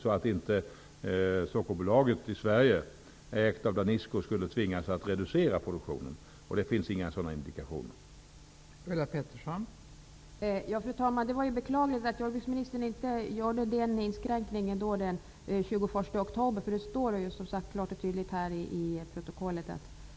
Utan en sådan skulle Sockerbolaget i Sverige, ägt av Danisco, tvingas att reducera produktionen, men det finns inga indikationer på att detta blir fallet.